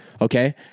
okay